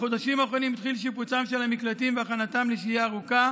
בחודשים האחרונים התחיל שיפוץ פנים של המקלטים והכנתם לשהייה ארוכה